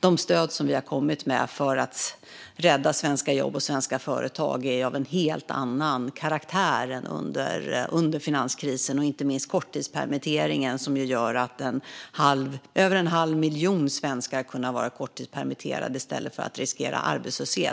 De stöd som vi har kommit med för att rädda svenska jobb och svenska företag är av en helt annan karaktär än under finanskrisen. Inte minst gäller det korttidspermitteringen, som ju har inneburit att över en halv miljon svenskar har kunnat vara korttidspermitterade i stället för att riskera arbetslöshet.